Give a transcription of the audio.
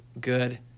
good